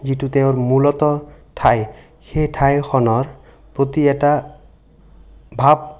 যিটো তেওঁৰ মূলতঃ ঠাই সেই ঠাইখনৰ প্ৰতি এটা ভাৱ